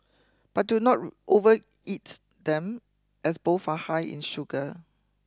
but do not overeat them as both are high in sugar